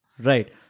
Right